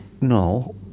No